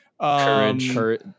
Courage